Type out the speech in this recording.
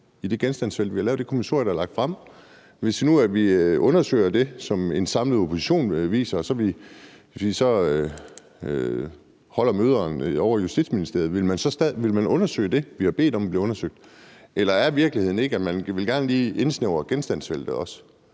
i det genstandsfelt for det kommissorium, vi har lagt frem, der ikke kan støttes? Hvis nu vi undersøger det, som en samlet opposition viser, og vi så holder møderne ovre i Justitsministeriet, ville man så undersøge det, vi har bedt om bliver undersøgt? Eller er virkeligheden ikke, at man også gerne lige vil indsnævre genstandsfeltet?